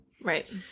Right